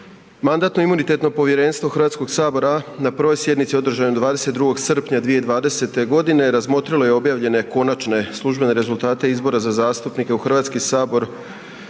Mandatno-imunitetno povjerenstvo Hrvatskog sabora na prvoj sjednici održanoj 22. srpnja 2020. godine razmotrilo je objavljenje konačne službene rezultate izbora za zastupnike u Hrvatski sabor